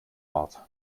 ort